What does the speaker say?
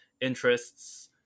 interests